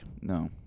No